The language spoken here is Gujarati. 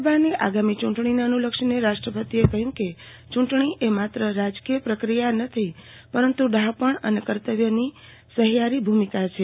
લોકસભાની આગામી ચૂંટણીને અનુલક્ષીને રાષ્ટ્રપતિએ કહ્યું કે ચૂંટણીએ માત્ર રાજકીય પ્રક્રિયા નથી પરંતુ ડહાપણ અને કર્તવ્યની સહિયારી ભૂમિકા છે